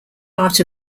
part